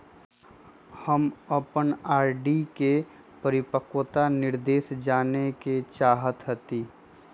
हम अपन आर.डी के परिपक्वता निर्देश जाने के चाहईत हती